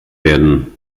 werden